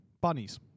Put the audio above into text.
Bunnies